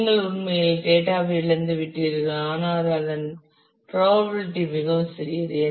நீங்கள் உண்மையில் டேட்டா ஐ இழந்துவிட்டீர்கள் ஆனால் அதன் பிராபபிளிட்டி மிகவும் சிறியது